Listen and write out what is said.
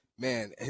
Man